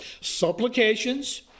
supplications